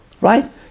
right